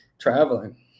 traveling